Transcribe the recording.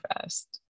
fast